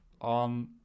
on